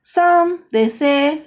some they say